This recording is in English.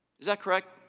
is that correct,